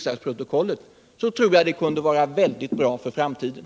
Det tror jag skulle vara väldigt bra för framtiden.